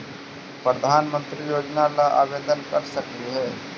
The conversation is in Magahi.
प्रधानमंत्री योजना ला आवेदन कर सकली हे?